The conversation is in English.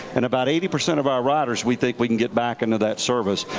and about eighty percent of our riders we think we can get back into that service.